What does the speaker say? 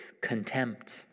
contempt